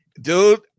dude